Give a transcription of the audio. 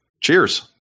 Cheers